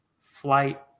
flight